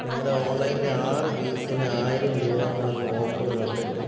നിങ്ങളുടെ ഓൺലൈനിലെ ആറു പീസിനു ആയിരം രൂപാന്നു വന്ന ഓഫറ് കണ്ടിട്ട്